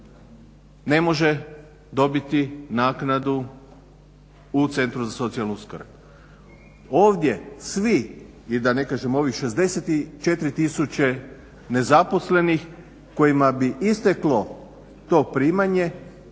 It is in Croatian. ne može dobiti naknadu u centru za socijalnu skrb. Ovdje svi i da ne kažem svi i ovih 64 tisuće nezaposlenih kojima bi isteklo to primanje